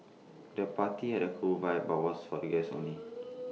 the party had A cool vibe but was for the guests only